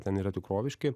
ten yra tikroviški